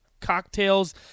cocktails